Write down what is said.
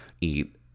eat